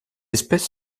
espèce